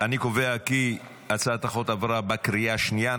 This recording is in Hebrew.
אני קובע כי הצעת החוק עברה בקריאה השנייה.